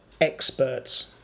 experts